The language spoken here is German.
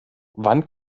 wann